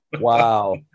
Wow